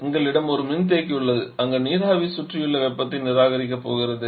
எங்களிடம் ஒரு மின்தேக்கி உள்ளது அங்கு நீராவி சுற்றியுள்ள வெப்பத்தை நிராகரிக்கப் போகிறது